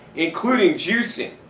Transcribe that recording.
including juicing.